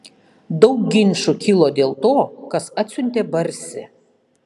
daug ginčų kilo dėl to kas atsiuntė barsį